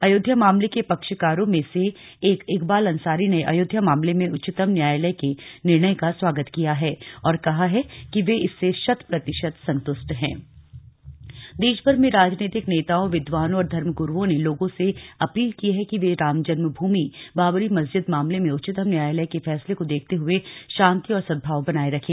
अयोध्या मामले के पक्षकारों में से एक इकबाल अंसारी ने अयोध्या मामले में उच्चतम न्यायालय के निर्णय का स्वागत किया है और कहा है कि वे इससे शत प्रतिशत संतुष्ट की शांति और सद्भाव की अपील देशभर में राजनीतिक नेताओं विद्वानों और धर्म गुरूओं ने लोगों से अपील की है कि वे रामजन्म भूमि बाबरी मस्जिद मामले में उच्चतम न्यायालय के फैसले को देखते हुए शांति और सद्भाव बनाए रखें